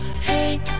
hey